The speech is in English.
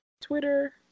Twitter